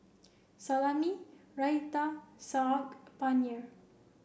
Salami Raita Saag Paneer